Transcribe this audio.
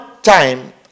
Time